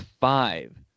five